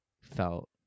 felt